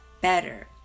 better